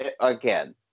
again